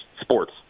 sports